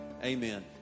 Amen